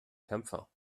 kämpfer